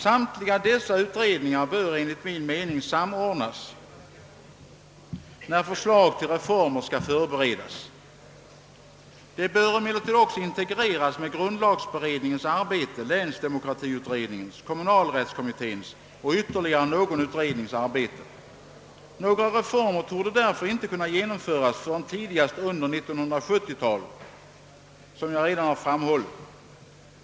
Samtliga dessa utredningar bör enligt min mening samordnas när förslag till reformer skall förberedas. De bör emellertid också integreras med grundlagsberedningens arbete, länsdemokratiutredningens, kommunalrättskommitténs och ytterligare någon utrednings arbete. Några reformer torde därför inte kunna genomföras förrän tidigast under 1970-talet, såsom jag redan har framhållit.